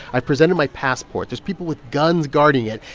i've presented my passport. there's people with guns guarding it,